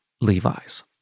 Levi's